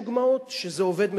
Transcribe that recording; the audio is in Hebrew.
מה גם שיש דוגמאות שזה עובד מצוין.